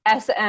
SM